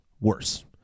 worse